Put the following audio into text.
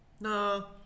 No